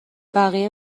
بقیه